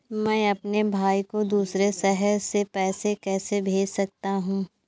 मैं अपने भाई को दूसरे शहर से पैसे कैसे भेज सकता हूँ?